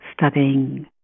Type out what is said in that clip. studying